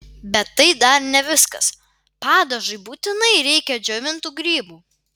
bet tai dar ne viskas padažui būtinai reikia džiovintų grybų